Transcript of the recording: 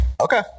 Okay